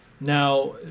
Now